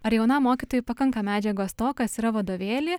ar jaunam mokytojui pakanka medžiagos to kas yra vadovėly